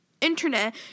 internet